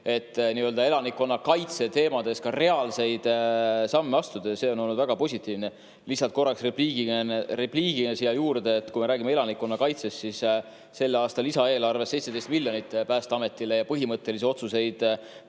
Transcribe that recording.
otsuseid, et elanikkonnakaitses ka reaalseid samme astuda, ja see on olnud väga positiivne. Lisan repliigina siia juurde, et kui me räägime elanikkonnakaitsest, siis selle aasta lisaeelarves on 17 miljonit Päästeametile ja põhimõttelisi otsuseid